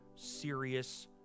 serious